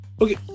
Okay